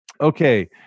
Okay